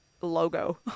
logo